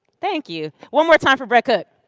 thank you. one more time for brett cook!